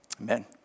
Amen